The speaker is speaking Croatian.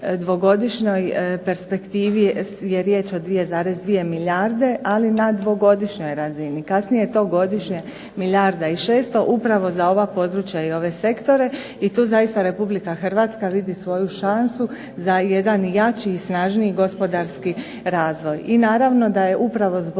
dvogodišnjoj perspektivi je riječ o 2,2 milijarde ali na dvogodišnjoj razini, kasnije je to godišnje milijarda 600 upravo za ova područja i ove sektore. I tu zaista Republika Hrvatska vidi svoju šansu za jedan jači i snažniji gospodarski razvoj.